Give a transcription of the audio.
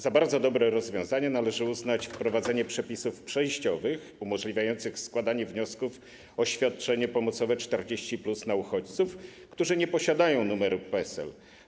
Za bardzo dobre rozwiązanie należy uznać wprowadzenie przepisów przejściowych umożliwiających składanie wniosków o świadczenie pomocowe 40+ na uchodźców, którzy nie posiadają numerów PESEL.